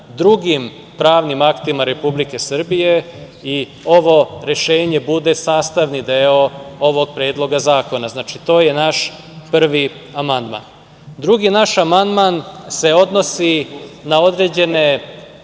drugim pravnim aktima Republike Srbije i ovo rešenje bude sastavni deo ovog Predloga zakona. Znači, to je naš prvi amandman. Drugi naš amandman se odnosi na određene